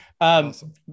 Awesome